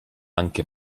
anche